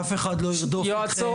אף אחד לא ירדוף אתכם,